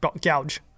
gouge